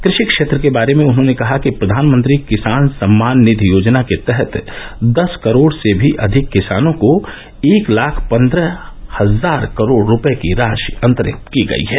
कृषि क्षेत्र के बारे में उन्हॉने कहा कि प्रधानमंत्री किसान सम्मान निधि योजना के तहत दस करोड़ से भी अधिक किसानों को एक लाख पन्द्रह हजार करोड रुपये की राशि अंतरित की गई है